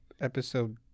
episode